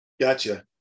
Gotcha